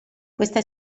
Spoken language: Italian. questa